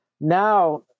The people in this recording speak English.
Now